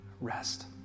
Rest